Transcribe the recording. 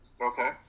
Okay